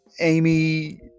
Amy